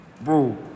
bro